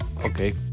okay